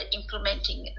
implementing